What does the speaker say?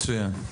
מצוין.